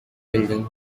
building